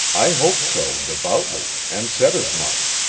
i hoped so devoutly, and said as much.